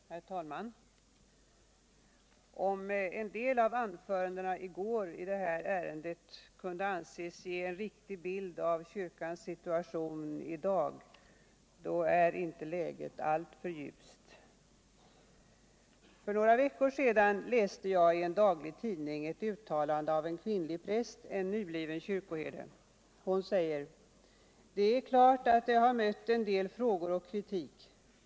Herr talman! Om en del av anförandena i går i detta ärende kunde anses ge en riktig bild av kyrkans situation i dag, är läget inte alltför ljust. För några veckor sedan läste jag I en daglig tidning etwt uttalande av en kvinnlig präst, nybliven kyrkoherde. Hon säger: ”Det är klart att jag har mött en del frågor och kritik.